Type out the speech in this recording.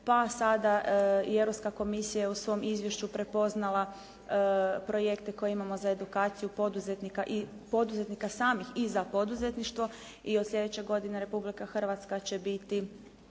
pa sada i Europska komisija u svom izvješću prepoznala projekte koje imamo za edukaciju poduzetnika i poduzetnika samih i za poduzetništvo i od sljedeće godine Republika Hrvatska će biti